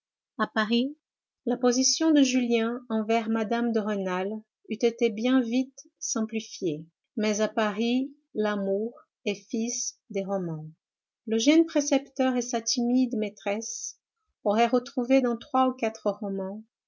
a paris la position de julien envers mme de rênal eût été bien vite simplifiée mais à paris l'amour est fils des romans le jeune précepteur et sa timide maîtresse auraient retrouvé dans trois ou quatre romans